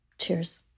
cheers